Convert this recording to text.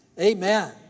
Amen